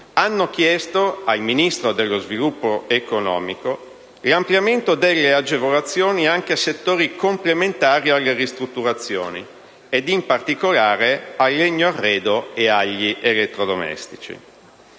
hanno chiesto al Ministro dello sviluppo economico l'ampliamento delle agevolazioni anche a settori complementari alle ristrutturazioni ed in particolare a quello del legno arredo e a quello degli elettrodomestici.